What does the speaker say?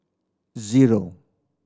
zero